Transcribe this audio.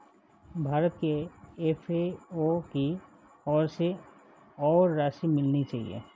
भारत को एफ.ए.ओ की ओर से और राशि मिलनी चाहिए